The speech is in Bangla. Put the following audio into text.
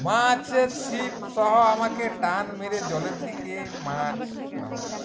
মাছের ছিপ সহ আমাকে টান মেরে জলের দিকে মাছ নামাচ্ছে